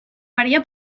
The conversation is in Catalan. parella